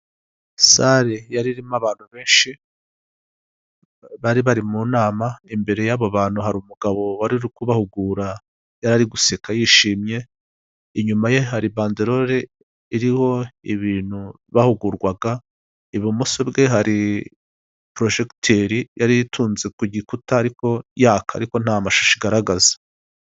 Sare yari irimo abantu benshi bari mu nama, imbere y'abo bantu hari umugabo wari uri kubahugura yari ari guseka yishimye, inyuma ye hari banderore iriho ibintu bahugurwaga, i bumoso bwe hari porojegiteri yari utunze ku gikuta ariko yaka ariko nta mashusho igaragaza.